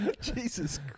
Jesus